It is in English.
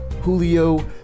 Julio